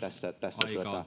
tässä tässä